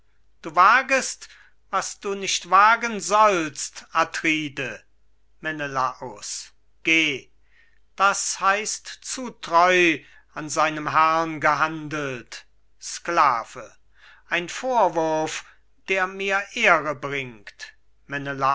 du wagest was du nicht wagen sollst atride menelaus geh das heißt zu treu an seinem herrn gehandelt sklave ein vorwurf der mir ehre bringt